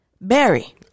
Berry